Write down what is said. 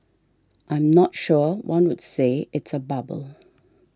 I'm not sure one would say it's a bubble